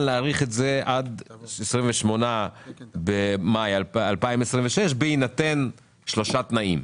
להאריך עד 18 במאי 2026 בהינתן שלושה תנאים".